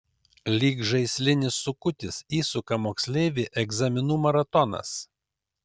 lyg žaislinis sukutis įsuka moksleivį egzaminų maratonas